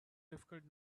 difficult